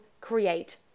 create